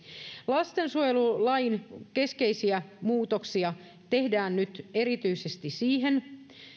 lastensuojelulain keskeisiä muutoksia tehdään nyt erityisesti siihen